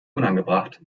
unangebracht